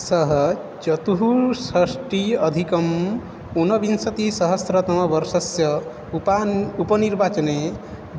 सः चतुःषष्ठ्यधिकम् ऊनविंशतिसहस्रतमवर्षस्य उपान् उपनिर्वाचने